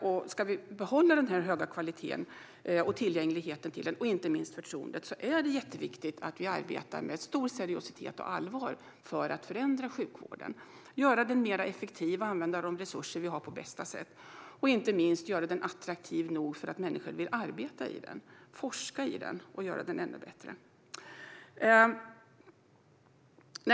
Om vi ska behålla den höga kvaliteten i sjukvården, tillgängligheten till den och förtroendet för den är det jätteviktigt att vi arbetar med stor seriositet och stort allvar för att förändra sjukvården, göra den mer effektiv och använda de resurser som vi har på bästa sätt. Inte minst är det viktigt att vi gör sjukvården attraktiv nog för att människor ska vilja arbeta i den, forska i den och göra den ännu bättre.